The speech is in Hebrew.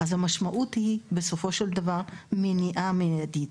המשמעות היא, בסופו של דבר, מניעה מיידית,